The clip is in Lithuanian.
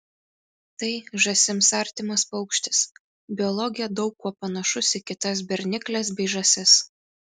tai žąsims artimas paukštis biologija daug kuo panašus į kitas bernikles bei žąsis